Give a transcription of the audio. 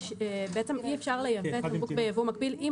בעצם אי אפשר לייבא תמרוק ביבוא מקביל אם